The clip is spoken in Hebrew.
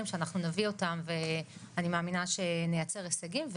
שנביא אותם ואני מאמינה שנייצר הישגים.